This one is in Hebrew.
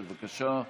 בבקשה.